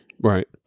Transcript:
Right